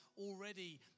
already